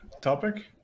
topic